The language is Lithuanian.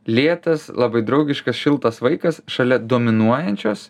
lėtas labai draugiškas šiltas vaikas šalia dominuojančios